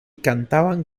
cantaban